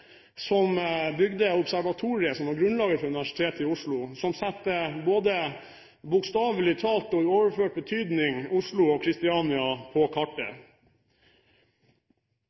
som bygget Observatoriet, som var grunnlaget for Universitetet i Oslo, som satte – bokstavelig talt og i overført betydning – både Oslo og Christiania på kartet.